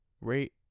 rate